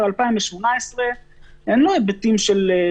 זה לא שסתם לא רצו לקלוט